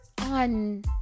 on